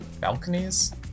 balconies